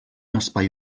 espai